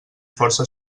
força